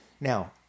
now